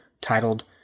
titled